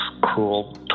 cruel